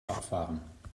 abfahren